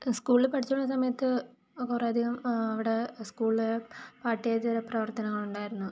സ്കൂളിൽ പഠിച്ചുകൊണ്ടിരുന്ന സമയത്ത് കുറെ അധികം ഇവിടെ സ്കൂള് പാഠ്യേതര പ്രവർത്തങ്ങൾ ഉണ്ടായിരുന്നു